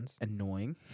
annoying